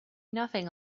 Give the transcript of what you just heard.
nothing